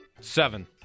Seven